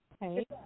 Hey